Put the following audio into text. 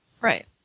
Right